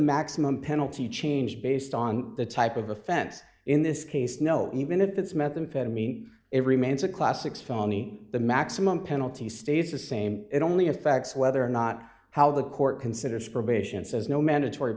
maximum penalty change based on the type of offense in this case no even if it's methamphetamine it remains a classic phony the maximum penalty stays the same it only affects whether or not how the court considers probation says no mandatory